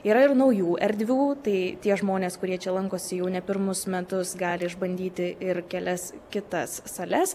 yra ir naujų erdvių tai tie žmonės kurie čia lankosi jau ne pirmus metus gali išbandyti ir kelias kitas sales